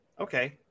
okay